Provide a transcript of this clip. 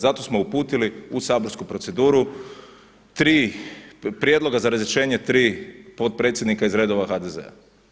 Zato smo uputili u saborsku proceduru tri prijedloga za razrješenje tri potpredsjednika iz redova HDZ-a.